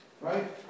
Right